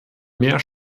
mehr